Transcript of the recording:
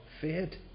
feared